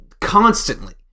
constantly